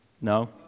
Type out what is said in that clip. no